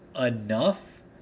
enough